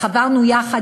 חברנו יחד,